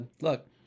Look